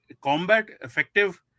combat-effective